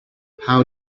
how